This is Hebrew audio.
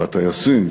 והטייסים,